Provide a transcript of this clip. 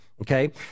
Okay